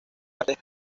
artes